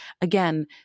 again